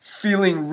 feeling